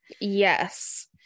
Yes